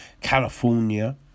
California